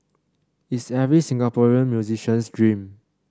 it's every Singaporean musician's dream